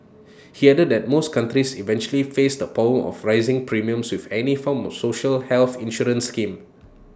he added that most companies eventually face the problem of rising premiums with any form of social health insurance scheme